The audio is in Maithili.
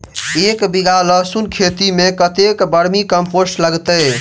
एक बीघा लहसून खेती मे कतेक बर्मी कम्पोस्ट लागतै?